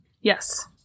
Yes